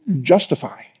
justify